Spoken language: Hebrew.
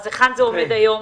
אז היכן זה עומד היום?